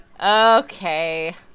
Okay